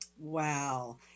Wow